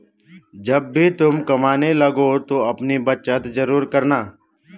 जब भी तुम कमाने लगो तो अपनी बचत जरूर करना